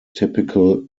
typical